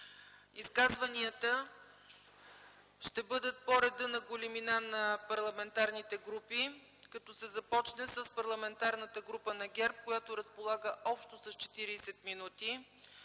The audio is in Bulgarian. Изказванията ще бъдат по реда на големината на парламентарните групи, като се започне с Парламентарната група на ГЕРБ, която разполага общо с 40 минути.